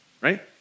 Right